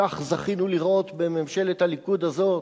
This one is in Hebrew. כך זכינו לראות בממשלת הליכוד הזאת.